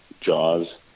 jaws